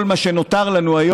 כל מה שנותר לנו,